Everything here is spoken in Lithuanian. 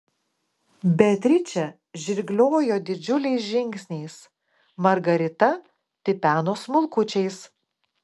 beatričė žirgliojo didžiuliais žingsniais margarita tipeno smulkučiais